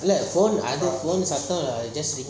phone அது சத்தம்:athu satham phone charger phone just singing